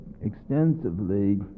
extensively